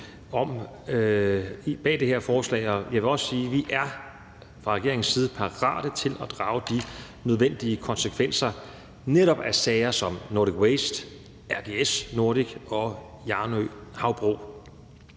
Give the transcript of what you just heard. bag det her forslag kan vi også støtte. Jeg vil også sige, at vi fra regeringens side er parate til at drage de nødvendige konsekvenser af netop sager som dem med Nordic Waste, RGS Nordic og Hjarnø Havbrug.